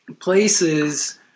places –